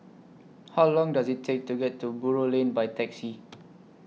How Long Does IT Take to get to Buroh Lane By Taxi